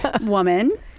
woman